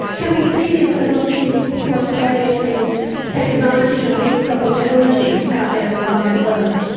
can we see this as an opportunity for for australia to take advantage of leapfrogging technologies out there in the wider world?